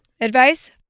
advice